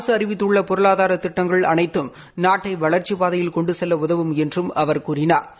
அரசு அறிவித்துள்ள பொருளாதார திட்டங்கள் அனைத்தும் நாட்டை வளர்ச்சிப் பாதையில் கொண்டு செல்ல உதவும் என்றும் அவர் கூறினாா